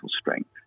strength